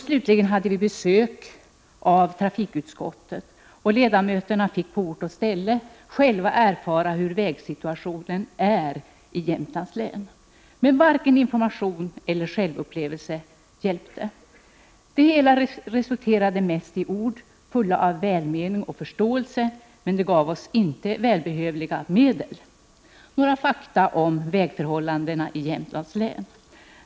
Slutligen hade vi besök av trafikutskottet. Ledamöterna fick på ort och ställe själva erfara hur vägsituationen är i Jämtlands län. Men varken information eller självupplevelse hjälpte. Det hela resulterade i stort sett i ord fulla av välmening och förståelse. Men vi fick inte välbehövliga medel. e Så några fakta om vägförhållandena i Jämtlands län.